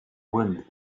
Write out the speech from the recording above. wind